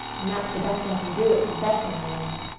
and that's the best i can do at confessing, marilla.